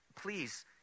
please